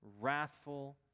wrathful